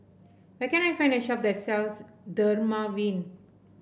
where can I find a shop that sells Dermaveen